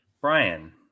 Brian